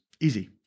Easy